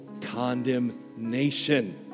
condemnation